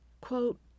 quote